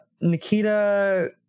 nikita